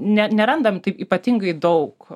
ne nerandam taip ypatingai daug